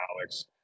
Alex